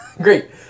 great